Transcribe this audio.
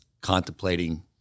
contemplating